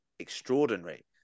extraordinary